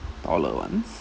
all at once